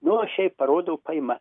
nu aš jai parodau paima